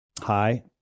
Hi